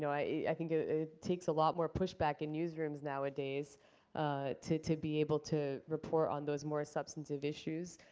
you know i think it takes a lot more pushback in newsrooms nowadays to to be able to report on those more substantive issues.